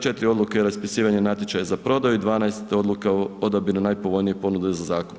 4 odluke o raspisivanju natječaja za prodaju, 12 odluka o odabiru najpovoljnije ponude za zakup.